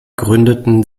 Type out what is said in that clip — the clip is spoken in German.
gründeten